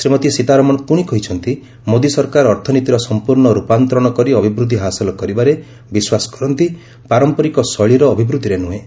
ଶ୍ରୀମତୀ ସୀତାରମଣ ପୁଣି କହିଛନ୍ତି ମୋଦି ସରକାର ଅର୍ଥନୀତିର ସଂପୂର୍ଣ୍ଣ ରୂପାନ୍ତରଣ କରି ଅଭିବୃଦ୍ଧି ହାସଲ କରିବାରେ ବିଶ୍ୱାସ କରନ୍ତି ପାରମ୍ପରିକ ଶୈଳୀର ଅଭିବୃଦ୍ଧିରେ ନୁହେଁ